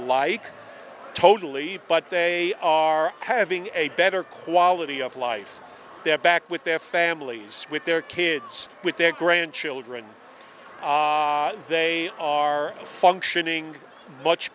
like totally but they are having a better quality of life they're back with their families with their kids with their grandchildren they are functioning much